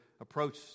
approach